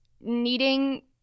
needing